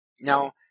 Now